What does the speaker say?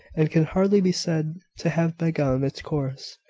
and can hardly be said to have begun its course.